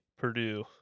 Purdue